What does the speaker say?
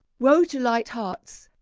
woe to light hearts,